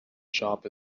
shop